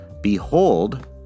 Behold